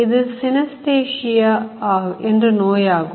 இது Synesthasia என்று நோயாகும்